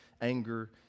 anger